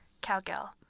Cowgirl